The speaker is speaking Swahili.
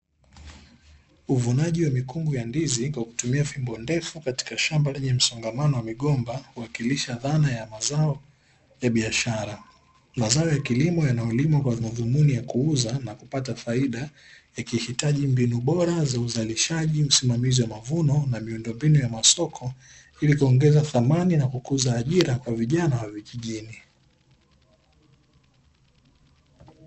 Uvunaji wa mikungu ya ndizi kwa kutumia fimbo ndefu katika shamba lenye msongamano wa migomba, kuwakilisha dhana ya mazao ya biashara. Mazao ya kilimo yanayolimwa kwa madhumuni ya kuuza na kupata faida, ikihitaji mbinu bora za uzalishaji, usimamizi wa mavuno na miundombinu ya masoko, ili kuongeza thamani na kukuza ajira kwa vijana wa vijijini.